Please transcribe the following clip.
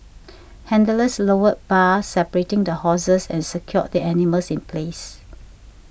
handlers lowered bars separating the horses and secured the animals in place